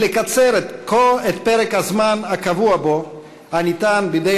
ולקצר את פרק הזמן הקבוע בו הניתן בידי